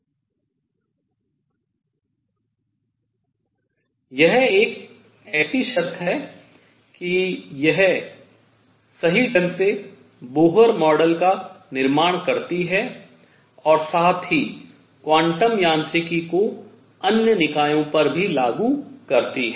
यह शर्त ऐसी है कि यह सही ढंग से बोहर मॉडल का निर्माण करती है और साथ ही क्वांटम यांत्रिकी को अन्य निकायों पर भी लागू करती है